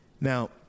Now